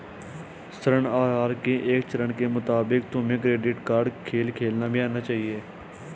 ऋण आहार के एक चरण के मुताबिक तुम्हें क्रेडिट कार्ड खेल खेलना भी आना चाहिए